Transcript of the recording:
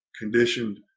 Conditioned